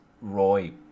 Roy